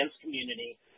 community